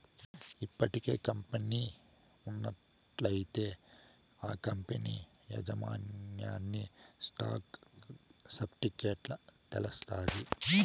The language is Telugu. ఇప్పటికే కంపెనీ ఉన్నట్లయితే ఆ కంపనీ యాజమాన్యన్ని స్టాక్ సర్టిఫికెట్ల తెలస్తాది